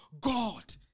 God